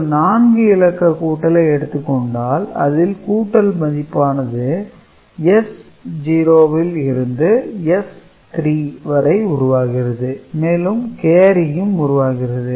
ஒரு நான்கு இலக்க கூட்டலை எடுத்துக்கொண்டால் அதில் கூட்டல் மதிப்பானது S0 இருந்து S3 வரை உருவாகிறது மேலும் கேரியும் உருவாகிறது